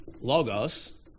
logos